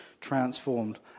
transformed